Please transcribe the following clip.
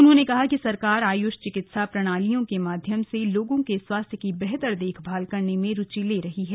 उन्होंने कहा कि सरकार आयुष चिकित्सा प्रणालियों के माध्यम से लोगों के स्वास्थ्य की बेहतर देखभाल करने में रुचि ले रही है